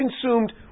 consumed